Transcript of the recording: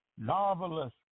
Novelist